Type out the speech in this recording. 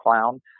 clown